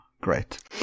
Great